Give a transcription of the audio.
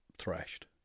Thrashed